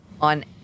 on